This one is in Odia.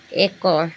ଏକ